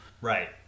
right